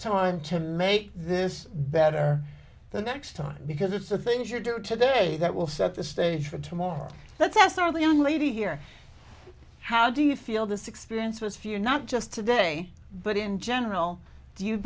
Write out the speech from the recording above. time to make this better the next time because it's the things you do today that will set the stage for tomorrow that's a start of the young lady here how do you feel this experience was few not just today but in general do you